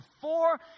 four